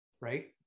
right